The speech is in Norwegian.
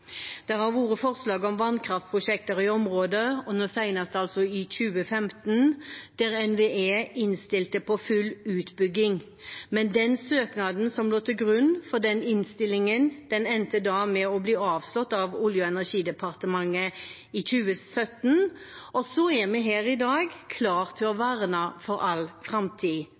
Det har vært forslag om vannkraftprosjekter i området, senest i 2015, der NVE innstilte på full utbygging, men søknaden som lå til grunn for den innstillingen, endte med å bli avslått av Olje- og energidepartementet i 2017. Så er vi her i dag, klar til å verne for all framtid,